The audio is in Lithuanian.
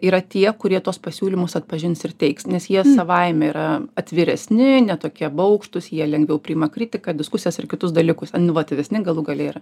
yra tie kurie tuos pasiūlymus atpažins ir teiks nes jie savaime yra atviresni ne tokie baugštūs jie lengviau priima kritiką diskusijas ir kitus dalykus inovatyvesni galų gale yra